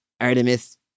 Artemis